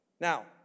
Now